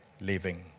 living